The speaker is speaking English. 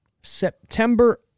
September